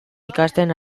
ikasten